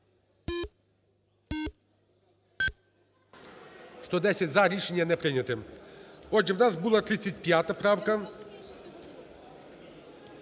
За-110 Рішення не прийнято. Отже, в нас була 35 правка.